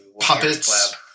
Puppets